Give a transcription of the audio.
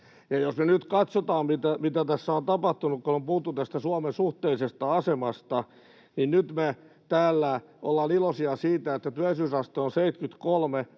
Jos me nyt katsotaan, mitä tässä on tapahtunut, kun on puhuttu Suomen suhteellisesta asemasta, niin nyt me täällä ollaan iloisia siitä, että työllisyysaste on 73.